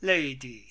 lady